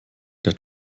der